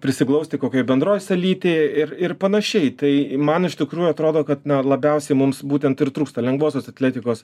prisiglausti kokioj bendroj salytėj ir ir panašiai tai man iš tikrųjų atrodo kad labiausiai mums būtent ir trūksta lengvosios atletikos